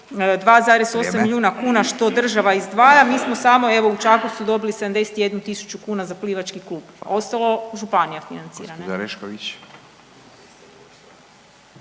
Vrijeme./... što država izdvaja, mi smo samo evo, u Čakovcu dobili 71 tisuću kuna za plivački klub. Ostalo županija financira.